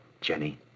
Jenny